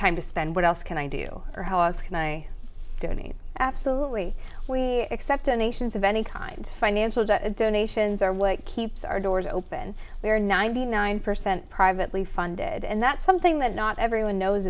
time to spend what else can i do or how else can i do i mean absolutely we accept a nations of any kind financial donations or what keeps our doors open there are ninety nine percent privately funded and that's something that not everyone knows